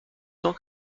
cent